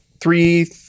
Three